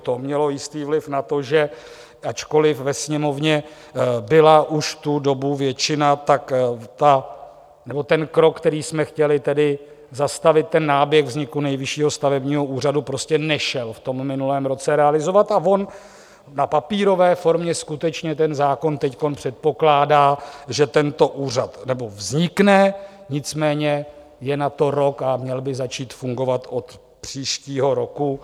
To mělo jistý vliv na to, že ačkoliv ve Sněmovně byla už v tu dobu většina, tak ten krok, který jsme chtěli, tedy zastavit ten náběh vzniku Nejvyššího stavebního úřadu, prostě nešel v tom minulém roce realizovat, a on v papírové formě skutečně ten zákon teď předpokládá, že tento úřad vznikne, nicméně je na to rok a měl by začít fungovat od příštího roku.